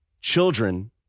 children